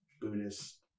buddhist